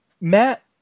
Matt